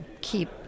keep